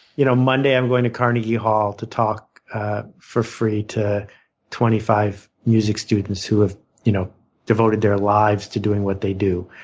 you know monday i'm going to carnegie hall to talk for free to twenty music students who have you know devoted their lives to doing what they do,